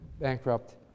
bankrupt